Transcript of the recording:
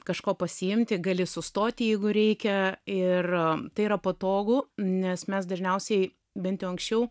kažko pasiimti gali sustoti jeigu reikia ir tai yra patogu nes mes dažniausiai bent jau anksčiau